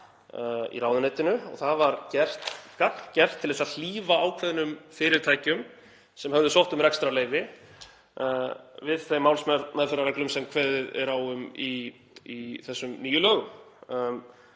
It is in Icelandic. í ráðuneytinu og það var gert gagngert til þess að hlífa ákveðnum fyrirtækjum sem höfðu sótt um rekstrarleyfi við þeim málsmeðferðarreglum sem kveðið er á um í þessum nýju lögum